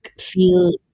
feel